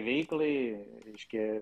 veiklai reiškia